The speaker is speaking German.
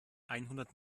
einhundert